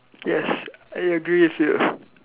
yes I agree with you